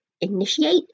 initiate